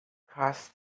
crossed